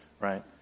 right